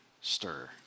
stir